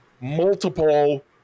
multiple